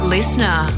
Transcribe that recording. Listener